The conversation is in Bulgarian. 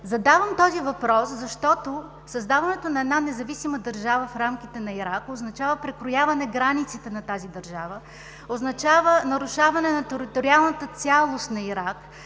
Задавам този въпрос, защото създаването на една независима държава в рамките на Ирак означава прекрояване границите на тази държава, означава нарушаване на териториалната цялост на Ирак.